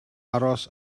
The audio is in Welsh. aros